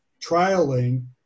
trialing